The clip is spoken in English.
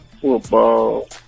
football